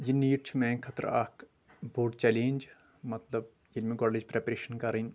یہِ نیٖٹ چھُ میانہِ خٲطرٕ اکھ بوٚڑ چلینٛج مطلب ییٚلہِ مےٚ گۄڈٕ لٲج پریٚپریشن کرٕنۍ